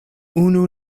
unu